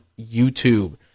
YouTube